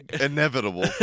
inevitable